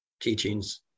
teachings